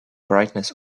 brightness